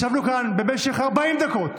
ישבנו כאן במשך 40 דקות.